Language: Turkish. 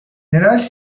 yerel